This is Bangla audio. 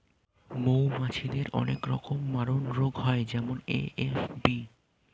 মৌমাছিদের অনেক রকমের মারণরোগ হয় যেমন এ.এফ.বি